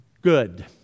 Good